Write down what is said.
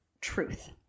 truth